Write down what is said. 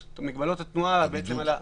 הבידוד?